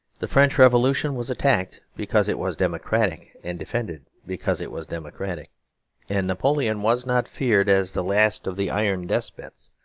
the french revolution was attacked because it was democratic and defended because it was democratic and napoleon was not feared as the last of the iron despots,